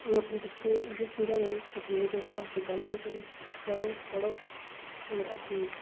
अ'ऊं अपने बच्चें गी इ'यै समझानी कुसै कन्नै बेफालतू गल्ल नी करो पढ़ो पढ़ो होर अपना